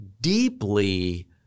deeply